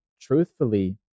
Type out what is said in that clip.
truthfully